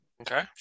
Okay